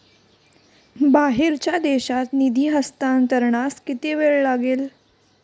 बाहेरच्या देशात निधी हस्तांतरणास किती वेळ लागेल?